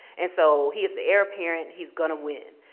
and so he is the heir apparent. he's gonna win.